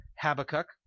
Habakkuk